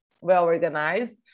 well-organized